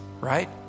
right